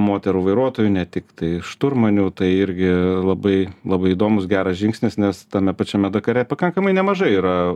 moterų vairuotojų ne tiktai šturmanių tai irgi labai labai įdomus geras žingsnis nes tame pačiame dakare pakankamai nemažai yra